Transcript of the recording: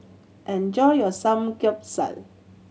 enjoy your Samgyeopsal